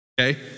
Okay